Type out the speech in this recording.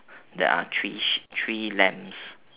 there are three sh~ three lambs